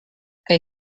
que